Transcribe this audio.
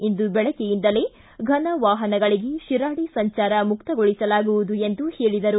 ಇಂದು ಬೆಳಗ್ಗೆಯಿಂದಲೇ ಫನ ವಾಹನಗಳಗೆ ಶಿರಾಡಿ ಸಂಚಾರ ಮುಕ್ತಗೊಳಿಸಲಾಗುವುದು ಎಂದು ಹೇಳಿದರು